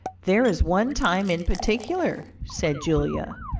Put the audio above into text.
there is one time in particular, said julia,